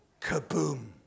Kaboom